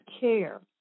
care